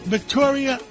Victoria